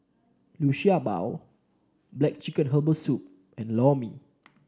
Liu Sha Bao black chicken Herbal Soup and Lor Mee